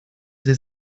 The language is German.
sie